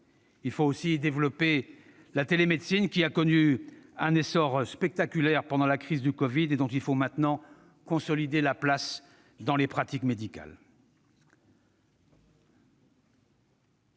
Il faut aussi développer la télémédecine, qui a connu un essor spectaculaire pendant la crise du covid-19 et dont il faut maintenant consolider la place dans les pratiques médicales.